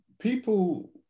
people